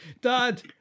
Dad